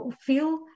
feel